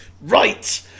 right